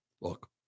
look